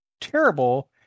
terrible